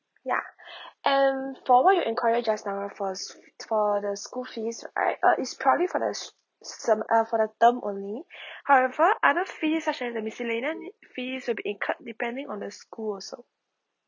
ya and for what you inquire just now for s~ for the school fees alright uh is thoroughly for the system uh for the term only however other fee such as the miscellaneous fee will be incurred depending of the school also